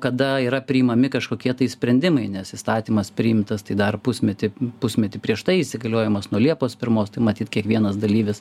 kada yra priimami kažkokie tai sprendimai nes įstatymas priimtas tai dar pusmetį pusmetį prieš tai įsigaliojimas nuo liepos pirmos tai matyt kiekvienas dalyvis